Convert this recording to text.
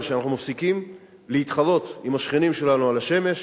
שאנחנו מפסיקים להתחרות עם השכנים שלנו על השמש,